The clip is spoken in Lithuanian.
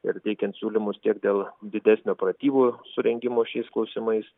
ir teikiant siūlymus tiek dėl didesnio pratybų surengimo šiais klausimais